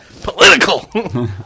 Political